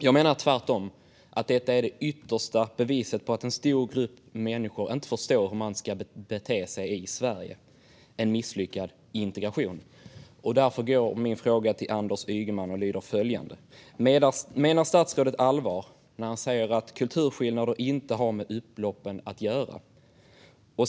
Jag menar tvärtom att detta är det yttersta beviset på att en stor grupp människor inte förstår hur man ska bete sig i Sverige, en misslyckad integration. Därför är mina frågor till Anders Ygeman följande: Menar statsrådet allvar när han säger att kulturskillnader inte har med upploppen att göra?